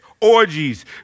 orgies